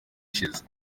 ishize